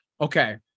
okay